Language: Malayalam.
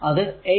അത് 8